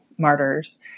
martyrs